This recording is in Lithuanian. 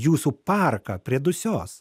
jūsų parką prie dusios